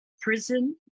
prison